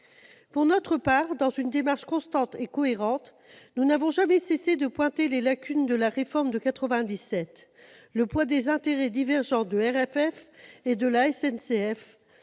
Pour notre part, dans une démarche constante et cohérente, nous n'avons jamais cessé de pointer les lacunes de la réforme de 1997 : poids des intérêts divergents de RFF et de la SNCF,